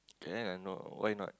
can I why not